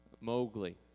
Mowgli